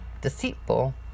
Deceitful